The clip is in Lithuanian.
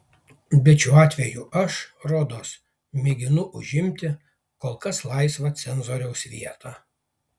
bet šiuo atveju aš rodos mėginu užimti kol kas laisvą cenzoriaus vietą